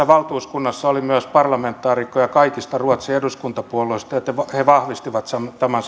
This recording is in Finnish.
valtuuskunnassa oli myös parlamentaarikkoja kaikista ruotsin eduskuntapuolueista ja he vahvistivat tämän